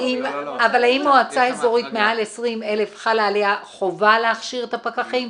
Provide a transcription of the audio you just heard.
אבל האם מועצה אזורית מעל 20 אלף חלה עליה חובה להכשיר את הפקחים,